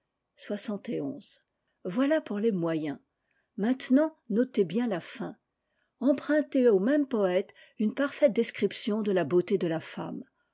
voilà pour les moyens maintenant notez bien la fin empruntez au même poète une parfaite description de la beauté de la femme